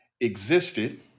existed